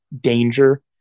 danger